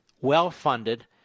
well-funded